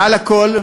מעל לכול,